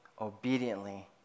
obediently